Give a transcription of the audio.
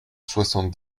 soixante